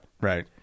Right